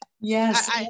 Yes